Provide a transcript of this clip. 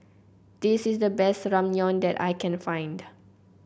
this is the best Ramyeon that I can find